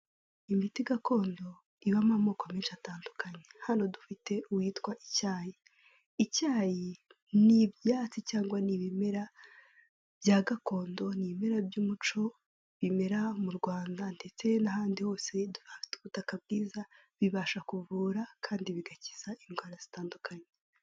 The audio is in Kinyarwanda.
Imiti gakondo ibamo amoko menshi atandukanye. Hano dufite uwitwa icyayi; icyayi ni ibyatsi cyangwa ni ibimera bya gakondo, ni ibimera by'umuco bimera mu Rwanda ndetse n'ahandi hose hafite ubutaka bwiza, bibasha kuvura kandi bigakiza indwara zitandukanye.